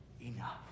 enough